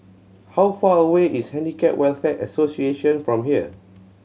how far away is Handicap Welfare Association from here